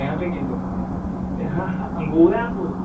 पंजाह् रपेऽ किल्लो ते अंगूर हैन अंगूर